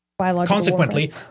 Consequently